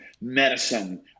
medicine